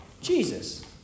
Jesus